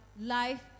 life